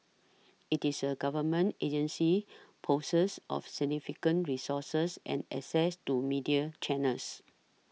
it is a Government agency possessed of significant resources and access to media channels